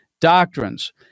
doctrines